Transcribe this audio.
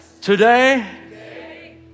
today